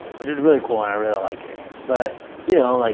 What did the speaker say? which is really cool and i really like it. but, you know, like